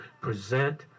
present